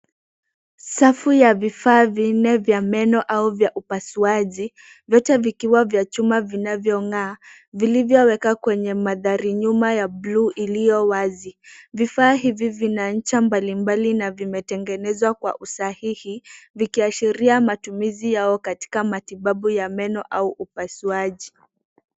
Safu ya vifaa vinne vya meno au vya upasuaji, vyote vikiwa vya chuma vinavyong'aa, vilivyowekwa kwenye mandharinyuma ya bluu iliyo wazi. Vifaa hivi vina ncha mbalimbali na vimetengenezwa kwa usahihi, vikiashiria matumizi yao katika matibabu ya meno au upasauaji.